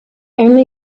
only